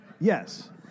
Yes